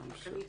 המנכ"לית,